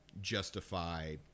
justify